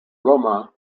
roma